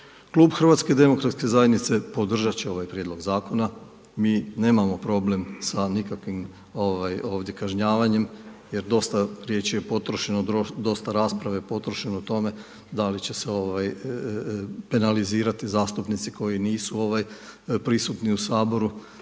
Klub HDZ-a podržati će ovaj prijedlog zakona. Mi nemamo problem sa nikakvim ovdje kažnjavanjem jer dosta riječi je potrošeno, dosta rasprave je potrošeno u tome da li će se penalizirati zastupnici koji nisu prisutni u Saboru,